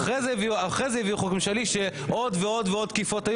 אחרי זה הביאו חוק ממשלתי שעוד ועוד תקיפות היו,